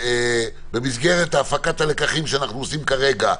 שבמסגרת הפקת הלקחים שאנחנו עושים כרגע,